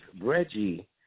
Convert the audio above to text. Reggie